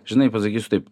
žinai pasakysiu taip